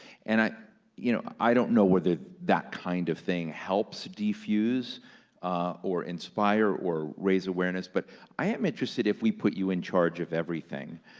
and i you know i don't know whether that kind of thing helps diffuse or inspire or raise awareness, but i am interested if we put you in charge of everything,